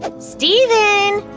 steven!